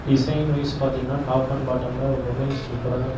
design wise பார்த்திங்கன்னா top and பாட்டம்மில் ரொம்பவுமே சூப்பராக